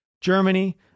germany